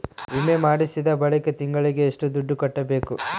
ವಿಮೆ ಮಾಡಿಸಿದ ಬಳಿಕ ತಿಂಗಳಿಗೆ ಎಷ್ಟು ದುಡ್ಡು ಕಟ್ಟಬೇಕು?